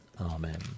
Amen